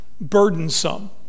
burdensome